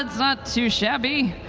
not too shabby.